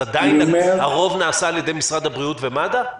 עדיין הרוב נעשה על ידי משרד הבריאות ומד"א?